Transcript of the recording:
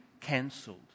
cancelled